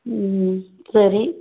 ம் ம் சரி